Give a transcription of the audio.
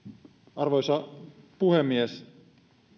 arvoisa puhemies